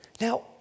Now